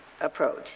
approach